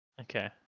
Okay